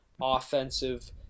offensive